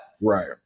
Right